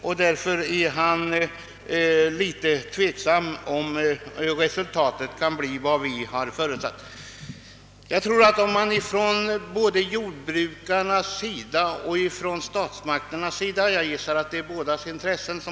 Av den anledningen är herr Hansson tveksam om vad resultatet kan bli.